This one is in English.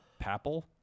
papple